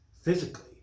Physically